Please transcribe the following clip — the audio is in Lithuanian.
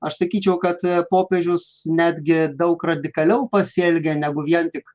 aš sakyčiau kad popiežius netgi daug radikaliau pasielgė negu vien tik